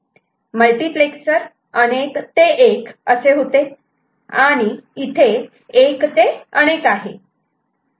multiplexer अनेक ते एक असे होते आणि इथे एक ते अनेक आहे